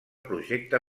projecte